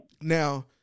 Now